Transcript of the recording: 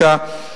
9,